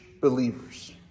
believers